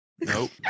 Nope